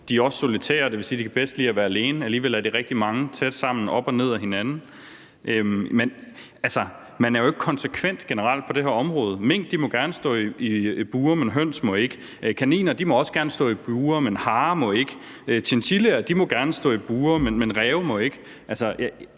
De er også solitære, og det vil sige, at de bedst kan lide at være alene. Alligevel er de rigtig mange tæt sammen, op og ned ad hinanden. Men man er jo generelt ikke konsekvent på det her område. Mink må gerne stå i bure, men høns må ikke. Kaniner må også gerne stå i bure, men harer må ikke. Chinchillaer må gerne stå i bure, men ræve må ikke.